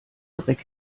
dreck